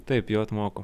taip jot moku